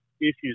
issues